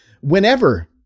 whenever